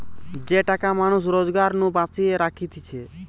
যে টাকা মানুষ রোজগার নু বাঁচিয়ে রাখতিছে